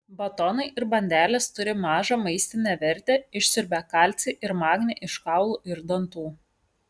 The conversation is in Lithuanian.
batonai ir bandelės turi mažą maistinę vertę išsiurbia kalcį ir magnį iš kaulų ir dantų